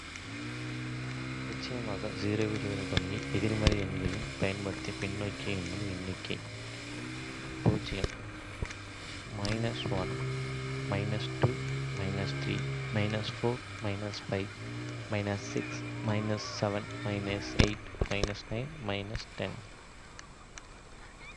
நிச்சயமாக, இலிருந்து தொடங்கி எதிர்மறை எண்களைப் பயன்படுத்தி பின்னோக்கி எண்ணும் எண்ணிக்கை இங்கே. நீங்கள் விரும்பினால் நான் எண்ணிக்கொண்டே இருக்கலாம்.